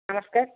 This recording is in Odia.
ନମସ୍କାର